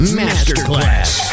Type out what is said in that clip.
masterclass